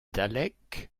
daleks